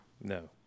No